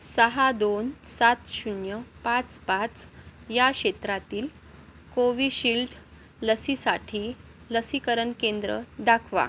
सहा दोन सात शून्य पाच पाच या क्षेत्रातील कोविशिल्ड लसीसाठी लसीकरण केंद्र दाखवा